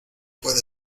puede